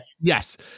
Yes